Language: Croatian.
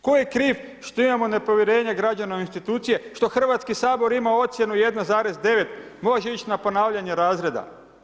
Tko je kriv što imamo nepovjerenje građana u institucije što Hrvatski sabor ima ocjenu 1,9, može ići na ponavljanje razreda?